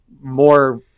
more